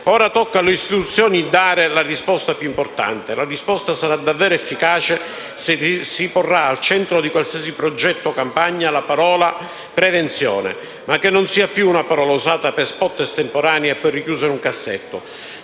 Ora tocca alle istituzioni dare la risposta più importante. La risposta sarà davvero efficace se si porrà al centro di qualsiasi progetto o campagna la parola «prevenzione». Ma che non sia più una parola usata per *spot* estemporanei e poi richiusa in un cassetto.